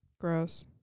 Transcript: Gross